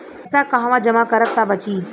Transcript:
पैसा कहवा जमा करब त बची?